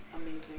amazing